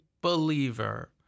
believer